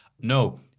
No